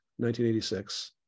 1986